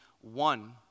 one